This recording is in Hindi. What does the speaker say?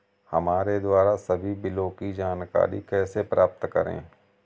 हमारे द्वारा सभी बिलों की जानकारी कैसे प्राप्त करें?